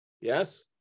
yes